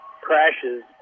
crashes